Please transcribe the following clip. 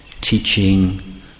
teaching